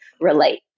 relate